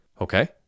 Okay